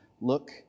Look